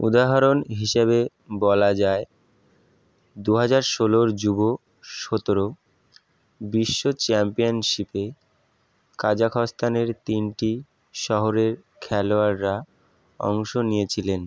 উদাহরণ হিসেবে বলা যায় দু হাজার ষোলোর যুব সতেরো বিশ্ব চ্যাম্পিয়ানশিপে কাজাখস্তানের তিনটি শহরের খেলোয়াড়রা অংশ নিয়েছিলেন